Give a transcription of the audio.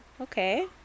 okay